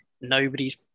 nobody's